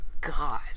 God